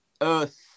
Earth